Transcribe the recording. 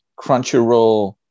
Crunchyroll